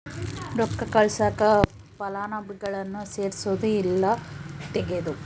ರೊಕ್ಕ ಕಳ್ಸಾಕ ಫಲಾನುಭವಿಗುಳ್ನ ಸೇರ್ಸದು ಇಲ್ಲಾ ತೆಗೇದು